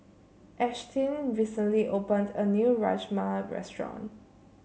Ashtyn recently opened a new Rajma Restaurant